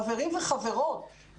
חברים וחברות,